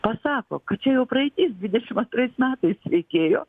pasako kad čia jau praeitis dvidešim antrais metais reikėjo